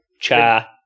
cha